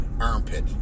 armpit